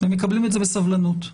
מקבלים את זה בסבלנות.